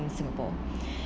in singapore